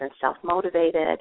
self-motivated